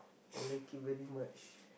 I like it very much